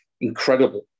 incredible